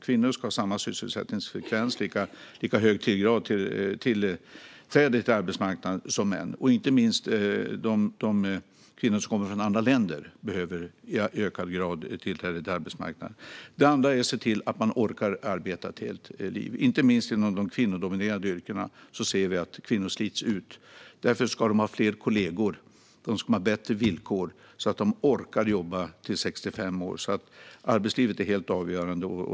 Kvinnor ska ha samma sysselsättningsfrekvens och lika hög grad av tillträde till arbetsmarknaden som män. Inte minst de kvinnor som kommer från andra länder behöver i ökad grad tillträde till arbetsmarknaden. För det andra gäller det att se till att människor orkar arbeta ett helt liv. Inte minst inom de kvinnodominerade yrkena ser vi att kvinnor slits ut. Därför ska de ha fler kolleger. De ska ha bättre villkor så att de orkar jobba till 65 år. Arbetslivet är helt avgörande.